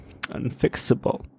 unfixable